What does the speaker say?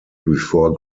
before